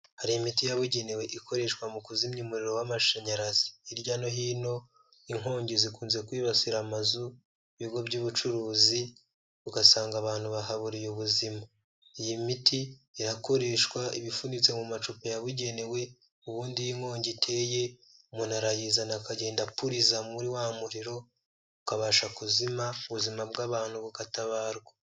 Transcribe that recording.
Hari imiti yabugenewe ikoreshwa mu kuzimya umuriro w'amashanyarazi. Hirya no hino inkongi zikunze kwibasira amazu, ibigo by'ubucuruzi, ugasanga abantu bahaburiye ubuzima. Iyi miti irakoreshwa, iba ifunitse mu macupa yabugenewe, ubundi iyo inkongi iteye umuntu arayizana akagenda apuriza muri wa muriro ukabasha kuzima, ubuzima bw'abantu bugatabarwa.